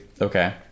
Okay